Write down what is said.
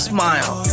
Smile